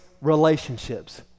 relationships